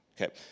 Okay